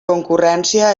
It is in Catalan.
concurrència